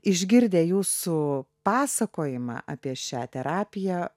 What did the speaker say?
išgirdę jūsų pasakojimą apie šią terapiją